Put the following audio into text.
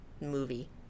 movie